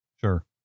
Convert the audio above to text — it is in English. Sure